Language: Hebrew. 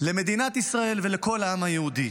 למדינת ישראל ולכל העם היהודי.